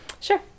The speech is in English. Sure